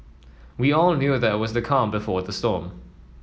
we all knew that it was the calm before the storm